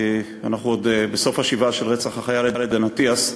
אנחנו עוד בסוף השבעה של רצח החייל עדן אטיאס,